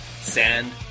Sand